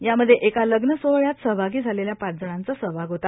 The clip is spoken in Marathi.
यामध्ये एका लग्न सोहळ्यात सहभागी झालेल्या पाच जणांचा सहभाग आहे